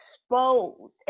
expose